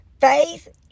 faith